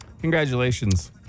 Congratulations